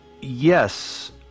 yes